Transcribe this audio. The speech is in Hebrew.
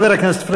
חבר הכנסת פריג',